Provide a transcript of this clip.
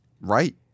Right